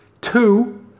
Two